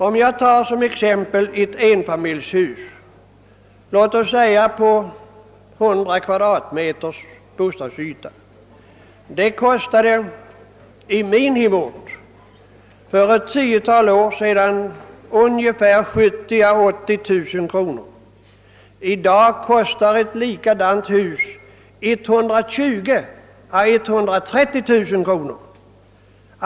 Låt mig som exempel ta ett enfamiljshus på 100 kvm bostadsyta. Ett sådant hus kostade i min hemort för ett tiotal år sedan 70 000 å 80 000 kronor. I dag kostar ett likadant hus 120 000 å 130 000 kronor.